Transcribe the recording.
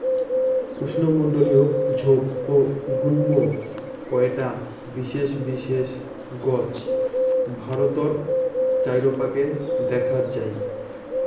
উষ্ণমণ্ডলীয় ঝোপ ও গুল্ম কয়টা বিশেষ বিশেষ গছ ভারতর চাইরোপাকে দ্যাখ্যাত যাই